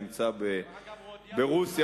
נמצא ברוסיה,